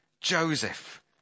Joseph